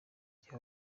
gihe